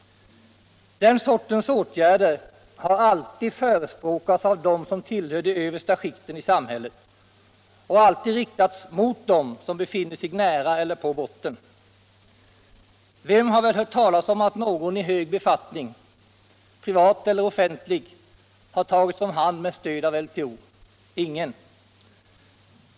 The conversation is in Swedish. Den sortens åtgärder har alltid förespråkats av dem som tillhör de översta skikten i samhället och alltid riktats mot dem som befinner sig nära elher på botten. Vem har väl hört talas om att någon i hög befattning, privat eller offentlig, har tagits om hand med stöd av LTO? Ingen!